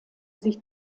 sich